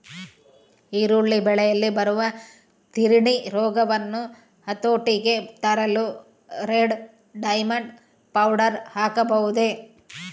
ಈರುಳ್ಳಿ ಬೆಳೆಯಲ್ಲಿ ಬರುವ ತಿರಣಿ ರೋಗವನ್ನು ಹತೋಟಿಗೆ ತರಲು ರೆಡ್ ಡೈಮಂಡ್ ಪೌಡರ್ ಹಾಕಬಹುದೇ?